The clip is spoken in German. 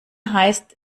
heißt